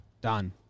Done